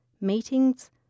meetings